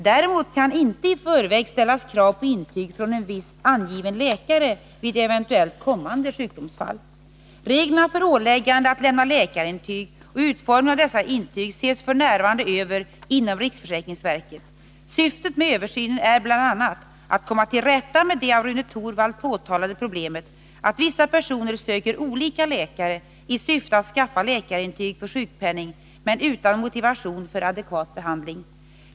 Däremot kan inte i förväg ställas krav på intyg från en viss angiven läkare vid eventuellt kommande sjukdomsfall. Reglerna för åläggande att lämna läkarintyg och utformningen av dessa intyg sesf. n. över inom riksförsäkringsverket. Syftet med översynen är bl.a. att komma till rätta med det av Rune Torwald påtalade problemet att vissa personer söker olika läkare i syfte att skaffa läkarintyg för sjukpenning men utan motivation för adekvat behandling.